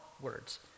words